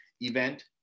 event